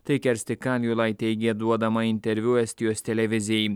tai kersti kaljulaid teigė duodama interviu estijos televizijai